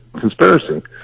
conspiracy